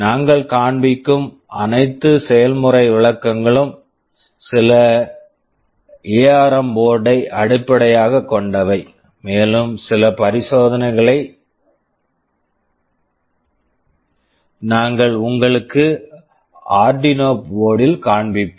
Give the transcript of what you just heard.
நாங்கள் காண்பிக்கும் அனைத்து செயல்முறை விளக்கங்களும் சில எஆர்ம் ARM போர்டு board ஐ அடிப்படையாகக் கொண்டவை மேலும் சில பரிசோதனைகளை நாங்கள் உங்களுக்கு ஆர்டினோ Arduino போர்டு board ல் காண்பிப்போம்